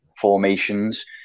formations